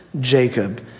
Jacob